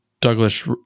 Douglas